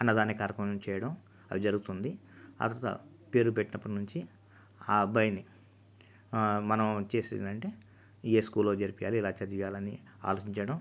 అన్నదాన కార్యక్రమం చేయడం అవి జరుగుతుంది ఆ తర్వాత పేరు పెట్టినప్పుటి నుంచి ఆ అబ్బాయిని మనం చేసిందంటే ఏ స్కూల్లో చేర్పియాలి ఎలా చదివియాలి అని ఆలోచిన చేయడం